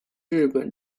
日本